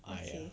!aiya!